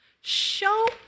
Show